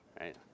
Right